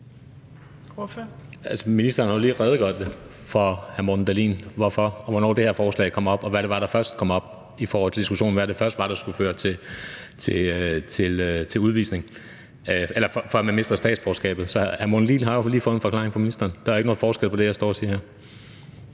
Ministeren har jo lige redegjort over for hr. Morten Dahlin om, hvorfor og hvornår det her forslag kom op, og hvad det var, der først kom op i forhold til diskussionen om, hvad det først var, der skulle føre til, at man mister statsborgerskabet. Så hr. Morten Dahlin har jo lige fået en forklaring fra ministeren. Der er ikke nogen forskel på det og så det, jeg står og siger her.